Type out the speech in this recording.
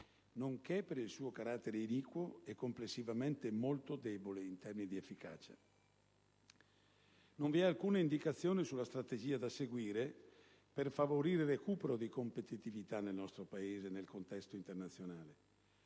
nonché per il suo carattere iniquo e complessivamente molto debole in termini di efficacia. Non vi è alcuna indicazione sulla strategia da seguire per favorire il recupero di competitività del nostro Paese nel contesto internazionale,